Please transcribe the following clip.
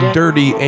dirty